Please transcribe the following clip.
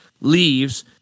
leaves